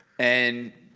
and